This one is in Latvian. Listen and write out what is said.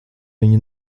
viņu